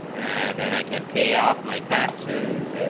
and then i can pay off my taxes ah